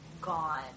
Gone